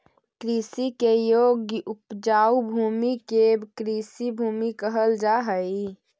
कृषि के योग्य उपजाऊ भूमि के कृषिभूमि कहल जा हई